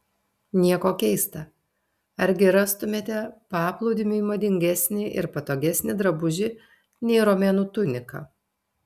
nieko keista argi rastumėte paplūdimiui madingesnį ir patogesnį drabužį nei romėnų tunika